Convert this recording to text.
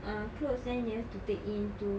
err clothes then you have to take into